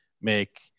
make